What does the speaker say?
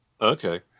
Okay